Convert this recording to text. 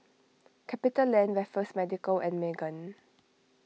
CapitaLand Raffles Medical and Megan